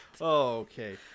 Okay